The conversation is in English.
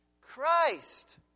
Christ